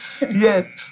Yes